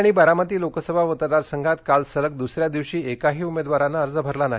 पूणे आणि बारामती लोकसभा मतदार संघात काल सलग दुसऱ्या दिवशी एकाही उमेदवाराने अर्ज भरला नाही